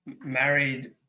married